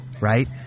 right